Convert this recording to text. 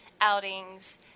outings